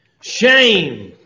shame